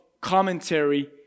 commentary